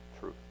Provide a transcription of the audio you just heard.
truth